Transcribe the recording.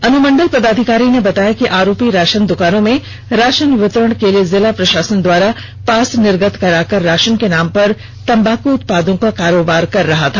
अनुमंडल पदाधिकारी ने बताया कि आरोपी राषन दुकानों में राषन वितरण के लिए जिला प्रषासन द्वारा पास निर्गत कराकर राषन के नाम पर तम्बाकू उत्पादों का कारोबार कर रहा था